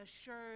assured